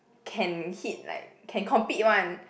can hit like can compete one